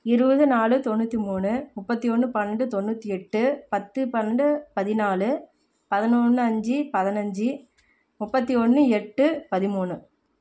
இருபது நாலு தொண்ணூற்றி மூணு முப்பத்தி ஒன்று பன்னெண்டு தொண்ணூற்றி எட்டு பத்து பன்னெண்டு பதினாலு பதினொன்று அஞ்சு பதினஞ்சு முப்பத்தி ஒன்று எட்டு பதிமூணு